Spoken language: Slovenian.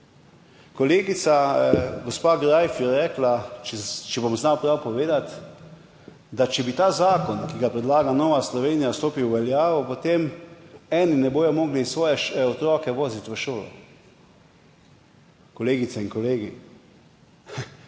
Kolegica gospa Greif je rekla, če bom znal prav povedati, da če bi ta zakon, ki ga predlaga Nova Slovenija, stopil v veljavo, potem eni ne bodo mogli svojih otrok voziti v šolo. Kolegice in kolegi,